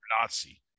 Nazi